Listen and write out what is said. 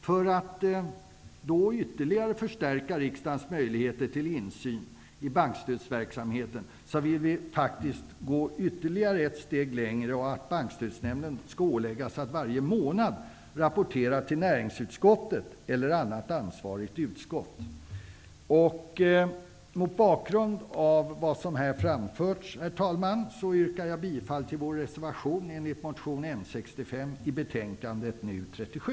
För att ytterligare förstärka riksdagens möjligheter till insyn i bankstödsverksamheten vill vi faktiskt gå ytterligare ett steg längre och ålägga Bankstödsnämnden att varje månad rapportera till näringsutskottet eller annat ansvarigt utskott. Mot bakgrund av vad som här framförts, herr talman, yrkar jag bifall till vår reservation enligt motion N65 i betänkande NU37.